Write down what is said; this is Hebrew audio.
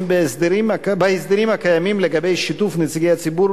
בהסדרים הקיימים לגבי שיתוף נציגי הציבור